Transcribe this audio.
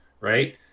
right